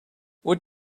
what